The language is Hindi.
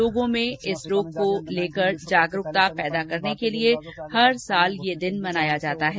लोगों में इस रोग को लेकर जागरूकता पैदा करने के लिए हर साल यह दिन मनाया जाता है